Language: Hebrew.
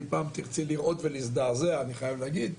אם פעם תרצי לראות ולהזדעזע אני חייב להגיד,